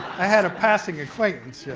i had a passing acquaintance, yeah